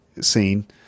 scene